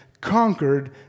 conquered